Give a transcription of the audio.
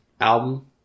album